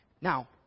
Now